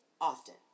often